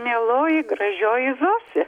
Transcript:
mieloji gražioji zosė